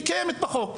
היא קיימת בחוק.